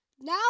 Now